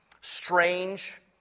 strange